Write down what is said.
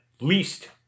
least